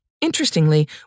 Interestingly